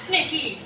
Nikki